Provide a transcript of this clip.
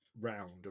round